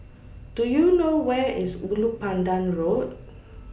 Do YOU know Where IS Ulu Pandan Road